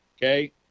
Okay